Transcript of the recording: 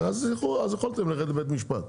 יכולתם ללכת לבית משפט.